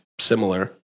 similar